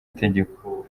itegeko